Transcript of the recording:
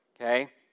Okay